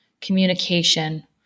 communication